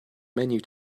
menu